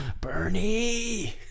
Bernie